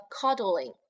cuddling